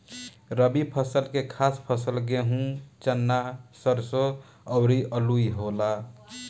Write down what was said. रबी फसल के खास फसल गेहूं, चना, सरिसो अउरू आलुइ होला